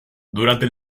durante